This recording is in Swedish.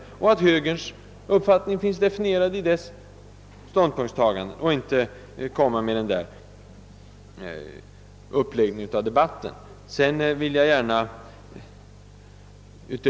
Moderata samlingspartiets uppfattning finns ju definierad i dess ståndpunktstagande. Jag tycker alltså inte att man skall lägga upp debatten på det sätt som herr Bohman gör.